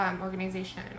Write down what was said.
organization